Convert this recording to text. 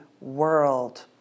world